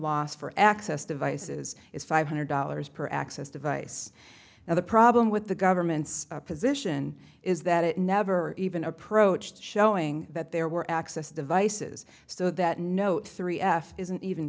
loss for access devices is five hundred dollars per access device now the problem with the government's position is that it never even approached showing that there were access devices so that note three f isn't even